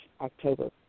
October